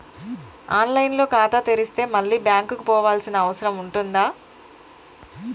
On line లో ఖాతా తెరిస్తే మళ్ళీ బ్యాంకుకు పోవాల్సిన అవసరం ఉంటుందా?